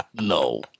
no